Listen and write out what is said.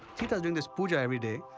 sita's doing this pooja every day.